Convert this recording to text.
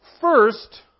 First